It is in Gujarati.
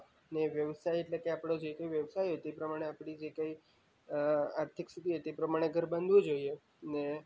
ને વ્યવસાય એટલે કે આપણો જે તે વ્યવસાય હોય તો એ પ્રમાણે આપણી જે કાંઈ આર્થિક સ્થિતિ હોય એ પ્રમાણે ઘર બનવું જોઈએ ને